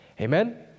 Amen